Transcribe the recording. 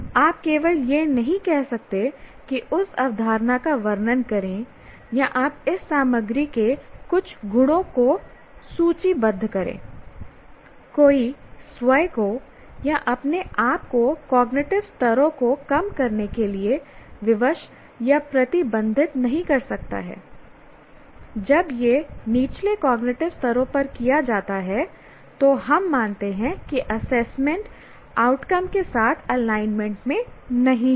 आप केवल यह नहीं कह सकते कि उस अवधारणा का वर्णन करें या आप इस सामग्री के कुछ गुणों को सूचीबद्ध करें कोई स्वयं को या अपने आप को कॉग्निटिव स्तरों को कम करने के लिए विवश या प्रतिबंधित नहीं कर सकता हैI जब यह निचले कॉग्निटिव स्तरों पर किया जाता है तो हम मानते हैं कि असेसमेंट आउटकम के साथ एलाइनमेंट में नहीं है